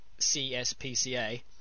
CSPCA